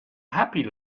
happy